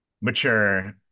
mature